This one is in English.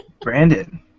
Brandon